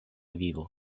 vivo